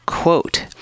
quote